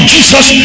Jesus